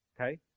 Okay